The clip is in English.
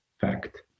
fact